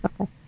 Okay